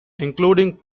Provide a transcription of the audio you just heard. including